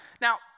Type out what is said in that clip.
Now